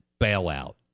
bailout